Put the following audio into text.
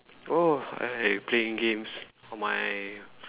oh I playing games on my